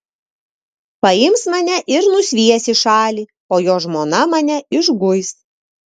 paims mane ir nusvies į šalį o jo žmona mane išguis